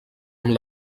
amb